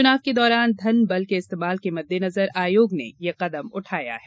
चुनाव के दौरान धन बल के इस्तेमाल के मद्देनजर आयोग ने यह कदम उठाया है